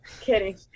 Kidding